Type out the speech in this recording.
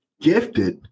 gifted